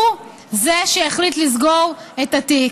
הוא שהחליט לסגור את התיק.